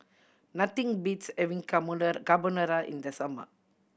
nothing beats having Carbonara in the summer